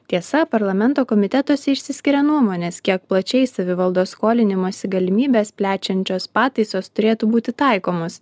tiesa parlamento komitetuose išsiskiria nuomonės kiek plačiai savivaldos skolinimosi galimybes plečiančios pataisos turėtų būti taikomos